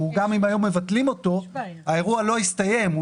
גם אם היום מבטלים אותו, האירוע לא הסתיים.